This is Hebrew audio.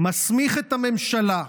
מסמיך את הממשלה,